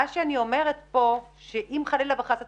מה שאני אומרת כאן זה שאם חלילה וחס התכנית,